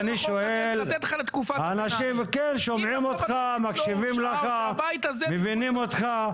אנשים שומעים אותך, מבינים אותך.